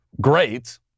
Great